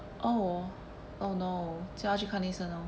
oh oh no 叫他去看医生 lor